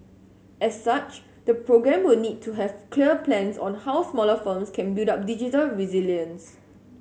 as such the programme will need to have clear plans on how smaller firms can build up digital resilience